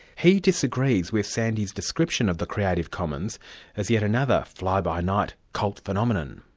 he disagrees with sandy's description of the creative commons as yet another fly-by-night cult phenomenon.